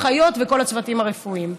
אחיות וכל הצוותים הרפואיים.